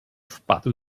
wpadł